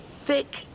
thick